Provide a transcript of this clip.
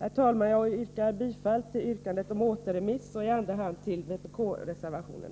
Herr talman! Jag yrkar bifall till yrkandet om återremiss och i andra hand till vpk-reservationerna.